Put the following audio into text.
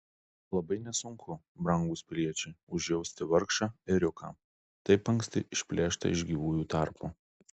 labai nesunku brangūs piliečiai užjausti vargšą ėriuką taip anksti išplėštą iš gyvųjų tarpo